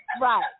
Right